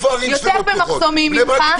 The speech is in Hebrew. יותר במחסומים ממך,